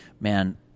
man—